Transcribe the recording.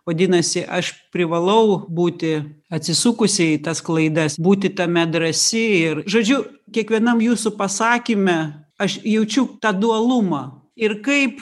vadinasi aš privalau būti atsisukusi į tas klaidas būti tame drąsi ir žodžiu kiekvienam jūsų pasakyme aš jaučiu tą dualumą ir kaip